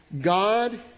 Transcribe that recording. God